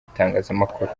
itangazamakuru